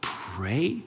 pray